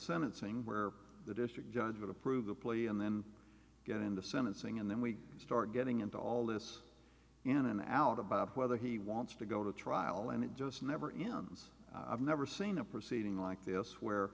sentencing where the district judge will approve the plea and then get into sentencing and then we start getting into all this in and out about whether he wants to go to trial and it just never ims i've never seen a proceeding like this where